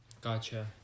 Gotcha